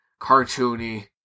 cartoony